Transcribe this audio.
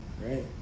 right